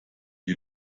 die